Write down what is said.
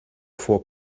for